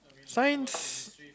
science